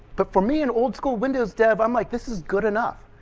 but for me, an old school windows dev, um like this is good enough.